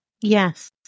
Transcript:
Yes